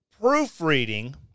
proofreading